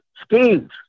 schemes